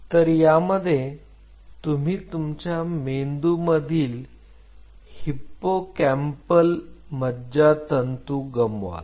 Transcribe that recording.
तर यामध्ये तुम्ही तुमच्या मेंदूमधील हिप्पोकॅम्पल मज्जातंतू गमावली